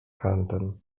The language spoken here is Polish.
kantem